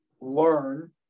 learn